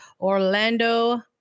Orlando